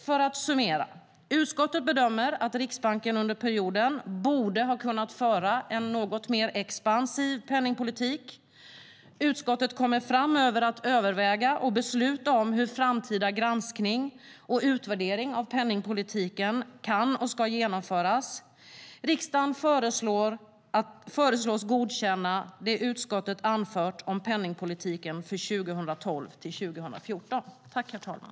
För att summera: Utskottet bedömer att riksbanken under perioden borde ha kunnat föra en något mer expansiv penningpolitik. Utskottet kommer framöver att överväga och besluta om hur framtida granskning och utvärdering av penningpolitiken kan och ska genomföras. Riksdagen föreslås godkänna det utskottet anfört om penningpolitiken för perioden 2012-2014.